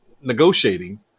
negotiating